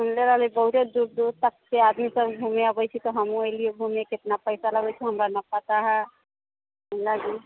सुनने रहली बहुते दूर दूर तकसँ आदमीसभ घूमय अबैत छै तऽ हमहूँ अयली घूमय कितना पैसा लगैत छै हमरा ना पता हए